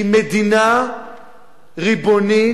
כי מדינה ריבונית